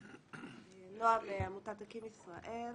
עמותת אקי"ם ישראל.